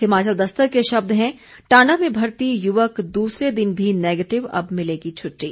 हिमाचल दस्तक के शब्द हैं टांडा में भर्ती युवक दूसरे दिन भी नेगेटिव अब मिलेगी छूट्टी